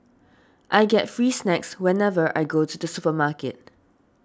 I get free snacks whenever I go to the supermarket